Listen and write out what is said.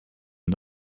end